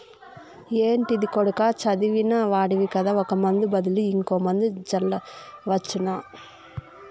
ఏంటిది కొడకా చదివిన వాడివి కదా ఒక ముందు బదులు ఇంకో మందు జల్లవచ్చునా